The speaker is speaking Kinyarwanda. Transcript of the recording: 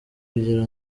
kugira